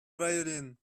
violin